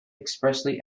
expressly